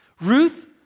Ruth